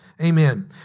Amen